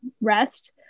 rest